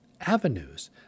avenues